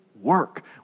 work